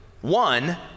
One